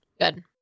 Good